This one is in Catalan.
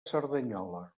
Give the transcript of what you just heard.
cerdanyola